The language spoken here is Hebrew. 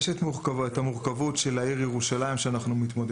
יש את המורכבות של העיר ירושלים איתה אנחנו מתמודדים.